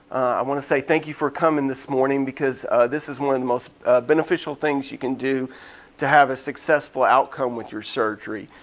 i wanna say thank you for coming this morning because this is one of the most beneficial things you can do to have a successful outcome with your surgery.